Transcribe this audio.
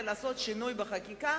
לשנות את החקיקה,